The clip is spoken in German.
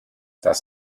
das